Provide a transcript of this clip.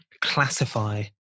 classify